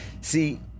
See